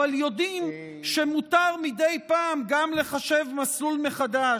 אבל יודעים שמותר מדי פעם גם לחשב מסלול מחדש,